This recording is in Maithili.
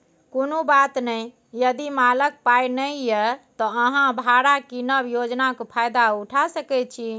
कुनु बात नहि यदि मालक पाइ नहि यै त अहाँ भाड़ा कीनब योजनाक फायदा उठा सकै छी